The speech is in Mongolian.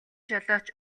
жолооч